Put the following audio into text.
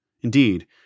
Indeed